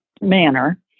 manner